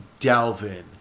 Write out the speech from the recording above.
Dalvin